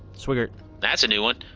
swigert that's a new one.